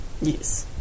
Yes